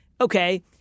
okay